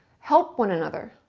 help one another.